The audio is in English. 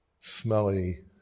smelly